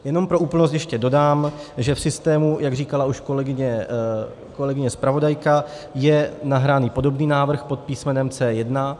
Jenom pro úplnost ještě dodám, že v systému jak říkala už kolegyně zpravodajka je nahraný podobný návrh pod písmenem C1.